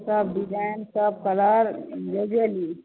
सब डिजाइन सब कलर जे जे ली